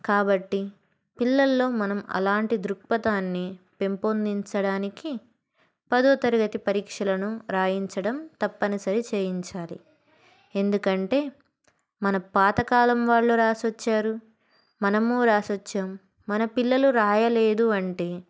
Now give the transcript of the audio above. కాబట్టి పిల్లల్లో మనం అలాంటి దృక్పతాన్ని పెంపొందించడానికి పదో తరగతి పరీక్షలను రాయించడం తప్పనిసరి చేయించాలి ఎందుకంటే మన పాతకాలం వాళ్ళు రాసొచ్చారు మనము రాసొచ్చం మన పిల్లలు రాయలేదు అంటే